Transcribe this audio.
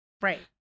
Right